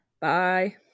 Bye